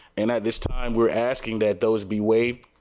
and at this time we are asking that those be waivered.